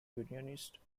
unionist